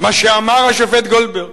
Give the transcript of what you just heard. מה שאמר השופט גולדברג.